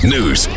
News